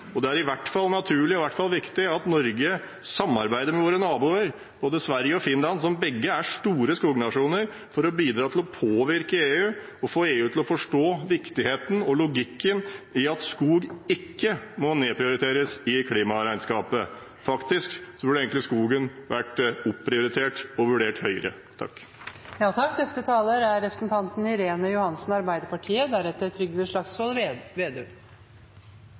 Det er i hvert fall naturlig og viktig at Norge samarbeider med sine naboer, både Sverige og Finland, som begge er store skognasjoner, for å bidra til å påvirke EU og få EU til å forstå viktigheten av og logikken i at skog ikke må nedprioriteres i klimaregnskapet. Faktisk burde skogen egentlig vært opprioritert og vurdert høyere.